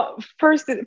first